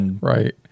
Right